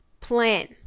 Plan